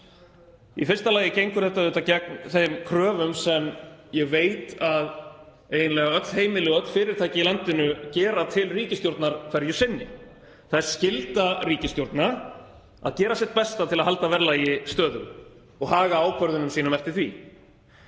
Í fyrsta lagi gengur þetta auðvitað gegn þeim kröfum sem ég veit að eiginlega öll heimili og öll fyrirtæki í landinu gera til ríkisstjórnar hverju sinni. Það er skylda ríkisstjórna að gera sitt besta til að halda verðlagi stöðugu og haga ákvörðunum sínum eftir því.